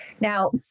Now